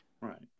right